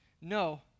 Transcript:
No